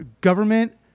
government